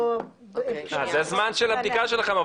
זה זמן של הבדיקה שלכם,